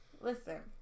listen